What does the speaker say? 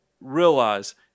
realize